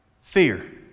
fear